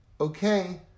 okay